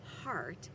heart